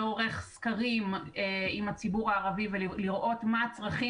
לא עורך סקרים עם הציבור הערבי לראות מה הצרכים